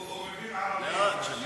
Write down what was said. הוא מבין ערבית.